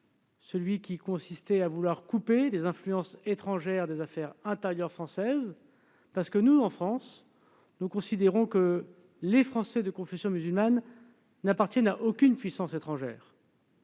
République a déclaré vouloir couper les influences étrangères des affaires intérieures françaises était juste : en France, nous considérons que les Français de confession musulmane ne relèvent d'aucune puissance étrangère.